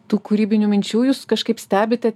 tų kūrybinių minčių jūs kažkaip stebite